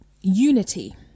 unity